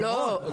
המון.